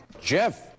Jeff